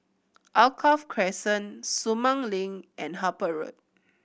Alkaff Crescent Sumang Link and Harper Road